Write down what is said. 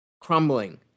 crumbling